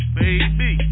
baby